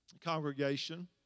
congregation